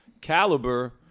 caliber